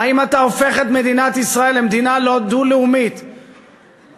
האם אתה הופך את מדינת ישראל למדינה דו-לאומית ומחזיר,